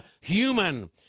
human